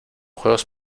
juegos